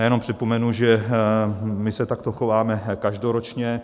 Jenom připomenu, že my se takto chováme každoročně.